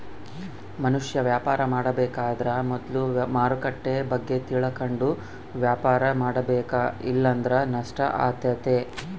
ಮನುಷ್ಯ ವ್ಯಾಪಾರ ಮಾಡಬೇಕಾದ್ರ ಮೊದ್ಲು ಮಾರುಕಟ್ಟೆ ಬಗ್ಗೆ ತಿಳಕಂಡು ವ್ಯಾಪಾರ ಮಾಡಬೇಕ ಇಲ್ಲಂದ್ರ ನಷ್ಟ ಆತತೆ